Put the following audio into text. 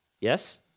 Yes